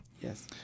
Yes